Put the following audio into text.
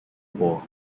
war